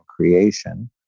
creation